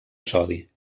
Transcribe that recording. sodi